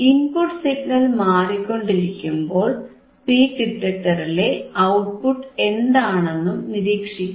input signal മാറിക്കൊണ്ടിരിക്കുമ്പോൾ peak ഡിറ്റക്ടറിലെ output എന്താണെന്നും നിരീക്ഷിക്കുക